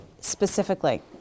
specifically